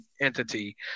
entity